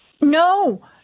No